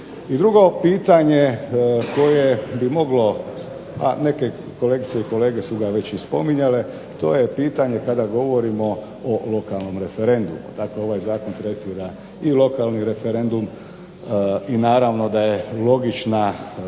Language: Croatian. drugo pitanje koje bi moglo, a neke kolegice i kolege su ga već i spominjale, to je pitanje kada govorimo o lokalnom referendumu. Dakle ovaj zakon tretira i lokalni referendum, i naravno da je logična